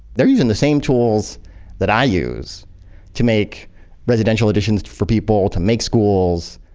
they're using the same tools that i use to make residential additions for people, to make schools.